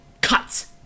cuts